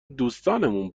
دوستامون